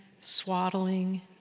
swaddling